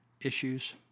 issues